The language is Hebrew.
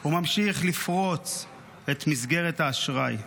הוא ממשיך לפרוץ את מסגרת האשראי.